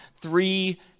three